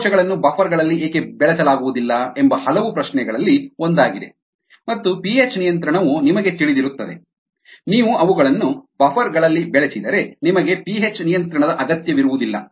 ಕೋಶಗಳನ್ನು ಬಫರ್ ಗಳಲ್ಲಿ ಏಕೆ ಬೆಳೆಸಲಾಗುವುದಿಲ್ಲ ಎಂಬ ಹಲವು ಪ್ರಶ್ನೆಗಳಲ್ಲಿ ಒಂದಾಗಿದೆ ಮತ್ತು ಪಿಹೆಚ್ ನಿಯಂತ್ರಣವು ನಿಮಗೆ ತಿಳಿದಿರುತ್ತದೆ ನೀವು ಅವುಗಳನ್ನು ಬಫರ್ ಗಳಲ್ಲಿ ಬೆಳೆಸಿದರೆ ನಿಮಗೆ ಪಿಹೆಚ್ ನಿಯಂತ್ರಣದ ಅಗತ್ಯವಿರುವುದಿಲ್ಲ